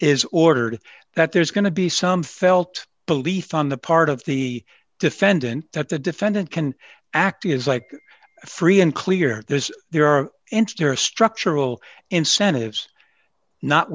is ordered that there's going to be some felt belief on the part of the defendant that the defendant can act is like free and clear there's there are into there are structural incentives not